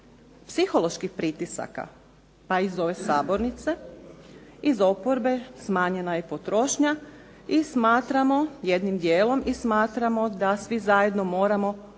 psiholoških pritisaka, pa i iz ove sabornice, iz oporbe, smanjena je potrošnja i smatramo, jednim dijelom, i smatramo da svi zajedno moramo podići